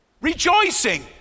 rejoicing